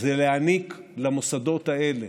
זה להעניק למוסדות האלה,